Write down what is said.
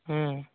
ह्म्म